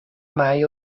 mai